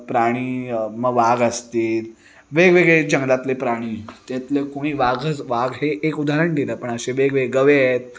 प्राणी मग वाघ असतील वेगवेगळे जंगलातले प्राणी त्यातलं कोणी वाघच वाघ हे एक उदाहण दिलं पण असे वेगवेगळे गवे आहेत